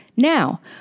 Now